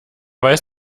weiß